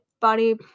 body